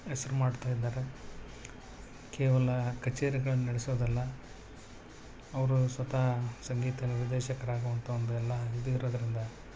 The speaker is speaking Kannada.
ಹೆಸ್ರ್ ಮಾಡ್ತಾ ಇದ್ದಾರೆ ಕೇವಲ ಕಚೇರಿಗಳನ್ನ ನಡೆಸೋದಲ್ಲ ಅವರು ಸ್ವತಃ ಸಂಗೀತ ನಿರ್ದೇಶಕರಾಗುವಂಥ ಒಂದು ಎಲ್ಲ ಇದು ಇರೋದರಿಂದ